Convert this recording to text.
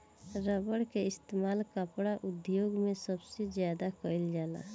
rubber के इस्तेमाल कपड़ा उद्योग मे सबसे ज्यादा कइल जाला